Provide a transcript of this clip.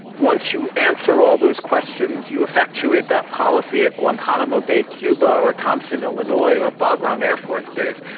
once you answer all those questions, you effectuate that policy at guantanamo bay, cuba, or thompson illinois, or bagram air force base,